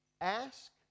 ask